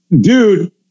dude